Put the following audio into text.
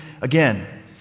again